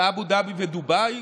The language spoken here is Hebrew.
באבו דאבי ודובאי.